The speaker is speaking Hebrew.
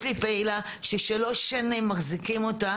יש לי פעילה ששלוש שנים מחזיקים אותה